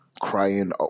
crying